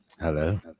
Hello